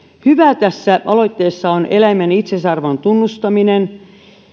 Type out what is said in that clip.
hyvää tässä aloitteessa on eläimen itseisarvon tunnustaminen